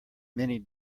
many